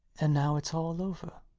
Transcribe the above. and now it's all over,